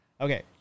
Okay